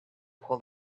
pull